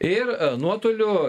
ir nuotoliu